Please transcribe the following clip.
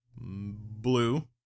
Blue